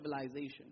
civilization